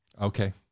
okay